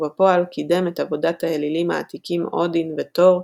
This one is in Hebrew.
ובפועל קידם את עבודת האלילים העתיקים אודין ותור,